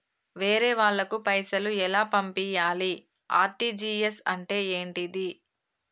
వేరే వాళ్ళకు పైసలు ఎలా పంపియ్యాలి? ఆర్.టి.జి.ఎస్ అంటే ఏంటిది?